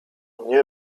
nie